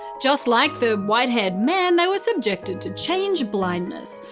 just like the white-haired man, they were subjected to change blindness,